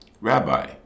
Rabbi